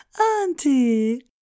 Auntie